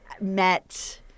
met